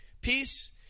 Peace